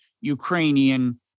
Ukrainian